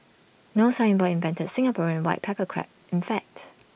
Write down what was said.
no signboard invented Singaporean white pepper Crab in fact